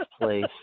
place